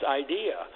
idea